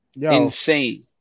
Insane